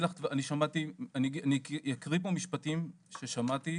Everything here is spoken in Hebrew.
ואקריא פה משפטים ששמעתי,